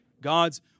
God's